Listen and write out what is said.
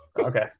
Okay